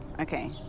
Okay